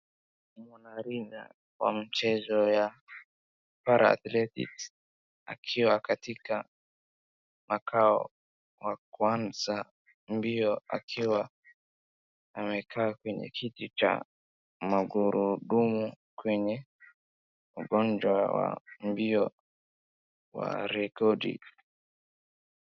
Mwanariadha wa michezo ya athletics akiwa katika makao wa kuanza mbio akiwa amekaa kwenye kiti cha magurudumu kwenye wagonjwa wa mbio wa rekodi.